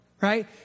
right